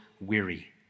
weary